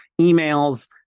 emails